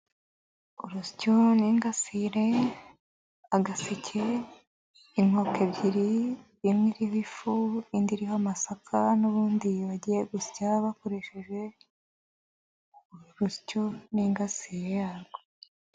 Urusyo ningasire, agaseke, inkoko ebyiri, imwe iriho ifu, indi iriho amasaka n'ubundi bagiye gusya bakoresheje urusyo n'ingasire yarwo.